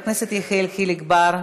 חבר הכנסת יחיאל חיליק בר,